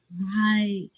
Right